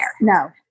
No